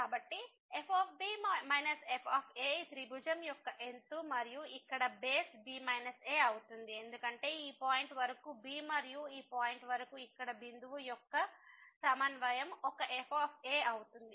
కాబట్టి f f ఈ త్రిభుజం యొక్క ఎత్తు మరియు ఇక్కడ బేస్ b a అవుతుంది ఎందుకంటే ఈ పాయింట్ వరకు b మరియు ఈ పాయింట్ వరకు ఇక్కడ ఈ బిందువు యొక్క కో ఆర్డినేట్ coordinate సమన్వయం ఒక f అవుతుంది